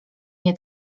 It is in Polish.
nie